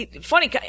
funny